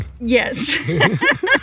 yes